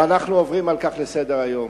ואנחנו עוברים על כך לסדר-היום.